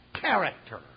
character